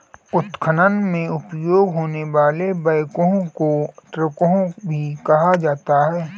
उत्खनन में उपयोग होने वाले बैकहो को ट्रैकहो भी कहा जाता है